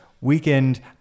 weekend